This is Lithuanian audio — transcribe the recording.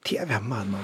dieve mano